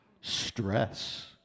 stress